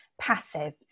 passive